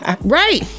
Right